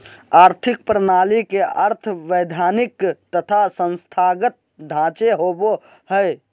आर्थिक प्रणाली के अर्थ वैधानिक तथा संस्थागत ढांचे होवो हइ